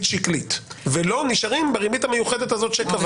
שקלית ולא נשארים בריבית המיוחדת הזאת שקבע?